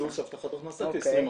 פלוס הבטחת הכנסה כ-20%.